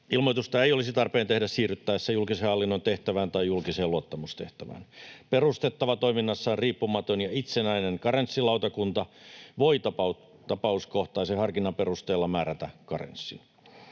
Ilmoitusta ei olisi tarpeen tehdä siirryttäessä julkisen hallinnon tehtävään tai julkiseen luottamustehtävään. Perustettava, toiminnassaan riippumaton ja itsenäinen karenssilautakunta voi tapauskohtaisen harkinnan perusteella määrätä karenssin.